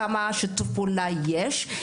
כמה שיתוף פעולה יש,